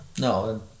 no